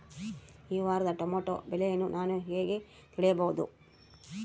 ಈ ವಾರದ ಟೊಮೆಟೊ ಬೆಲೆಯನ್ನು ನಾನು ಹೇಗೆ ತಿಳಿಯಬಹುದು?